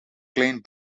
klein